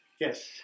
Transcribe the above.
Yes